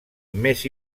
més